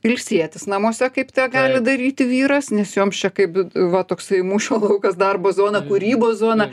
ilsėtis namuose kaip tą gali daryti vyras nes joms čia kaip va toksai mūšio laukas darbo zona kūrybos zona